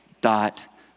dot